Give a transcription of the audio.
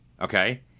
okay